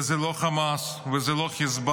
וזה לא חמאס, וזה לא חיזבאללה,